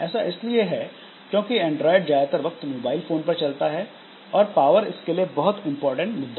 ऐसा इसलिए है क्योंकि एंड्राइड ज्यादातर वक्त मोबाइल फोन पर चलता है और पावर इसके लिए बहुत महत्वपूर्ण मुद्दा है